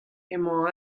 emañ